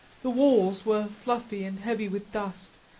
the walls were fluffy and heavy with dust,